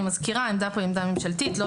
אני מזכירה שהעמדה כאן היא עמדה ממשלתית ולא